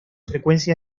frecuencia